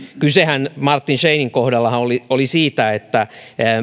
kysehän martin scheininin kohdalla oli oli siitä että